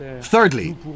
Thirdly